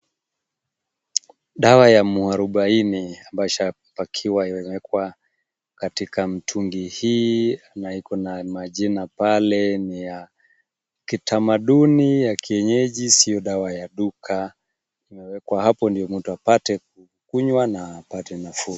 Dawa ya muarubaini ambayo ishapakiwa imewekwa katika mtungi hii na iko na majina pale ni ya kitamaduni ya kienyeji sio dawa ya duka. Imewekwa hapo ndio mtu apate kukunywa na apate nafuu.